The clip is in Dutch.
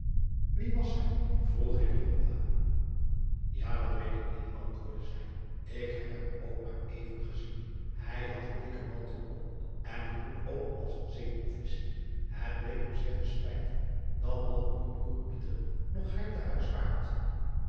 ie was hij vroeg a dat weet ik niet antwoordde zij k heb hem ook maar even gezien ij had een dikken mantel om en een hoed op als een ee officier et leek hem zeer te spijten dat noch uw broêr noch gij te huis waart